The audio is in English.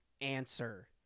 answer